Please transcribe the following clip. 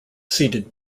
seeded